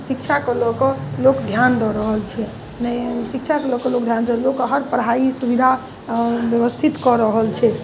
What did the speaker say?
शिक्षाके लऽकऽ लोक ध्यान दऽ रहल छै शिक्षाके लऽकऽ लोक ध्यान दऽ रहल छै लोककेँ हर पढ़ाइ सुविधा व्यवस्थित कऽ रहल छै